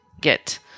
get